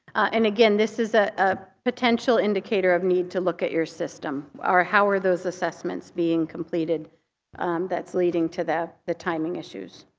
and again, this is a ah potential indicator of need to look at your system, or how are those assessments being completed that's leading to the the timing issues?